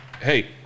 Hey